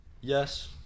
yes